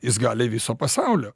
jis gali viso pasaulio